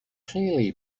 clearly